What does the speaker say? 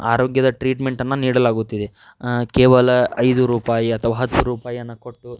ಆರೋಗ್ಯದ ಟ್ರೀಟ್ಮೆಂಟನ್ನು ನೀಡಲಾಗುತ್ತಿದೆ ಕೇವಲ ಐದು ರೂಪಾಯಿ ಅಥವಾ ಹತ್ತು ರೂಪಾಯಿಯನ್ನು ಕೊಟ್ಟು